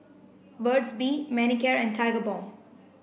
Burt's bee Manicare and Tigerbalm